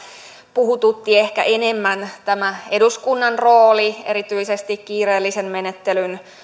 puhututtivat ehkä enemmän eduskunnan rooli erityisesti kiireellisen menettelyn